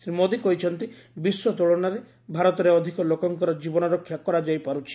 ଶ୍ରୀ ମୋଦୀ କହିଛନ୍ତି ବିଶ୍ୱ ତୁଳନାରେ ଭାରତରେ ଅଧିକ ଲୋକଙ୍କର ଜୀବନରକ୍ଷା କରାଯାଇ ପାରୁଛି